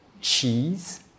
cheese